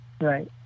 Right